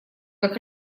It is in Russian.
как